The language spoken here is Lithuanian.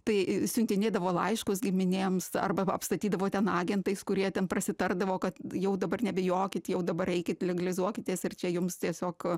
tai siuntinėdavo laiškus giminėms arba apstatydavo ten agentais kurie ten prasitardavo kad jau dabar nebijokit jau dabar eikit legalizuokitės ir čia jums tiesiog